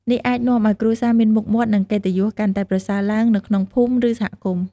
នេះអាចនាំឱ្យគ្រួសារមានមុខមាត់ និងកិត្តិយសកាន់តែប្រសើរឡើងនៅក្នុងភូមិ ឬសហគមន៍។